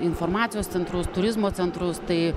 informacijos centrus turizmo centrus tai